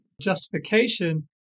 Justification